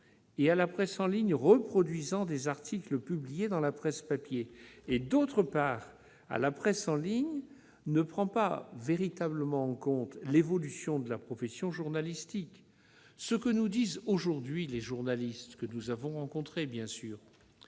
et à la presse en ligne reproduisant des articles publiés dans la presse papier et, d'autre part, à la presse en ligne ne prend pas véritablement en compte l'évolution de la profession journalistique. Les journalistes, que nous avons bien sûr